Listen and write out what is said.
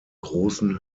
großen